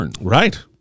Right